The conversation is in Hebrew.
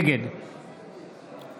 נגד